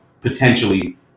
potentially